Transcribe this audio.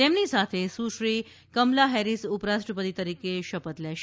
તેમની સાથે સુશ્રી કમલા હેરીસ ઉપરાષ્ટ્રપતિ તરીકે શપથ લેશે